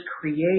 create